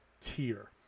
tier